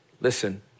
listen